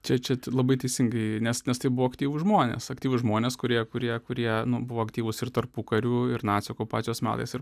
čia čia labai teisingai nes nes tai buvo aktyvūs žmonės aktyvūs žmonės kurie kurie kurie buvo aktyvūs ir tarpukariu ir nacių okupacijos metais ir